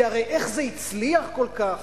כי הרי איך זה הצליח כל כך?